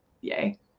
Yay